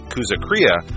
Kuzakria